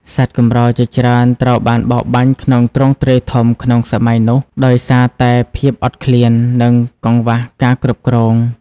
សត្វកម្រជាច្រើនត្រូវបានបរបាញ់ក្នុងទ្រង់ទ្រាយធំក្នុងសម័យនោះ ដោយសារតែភាពអត់ឃ្លាន និងកង្វះការគ្រប់គ្រង។